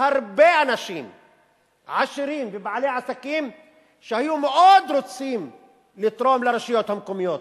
הרבה אנשים עשירים ובעלי עסקים שהיו מאוד רוצים לתרום לרשויות המקומיות.